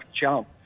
jump